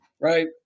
right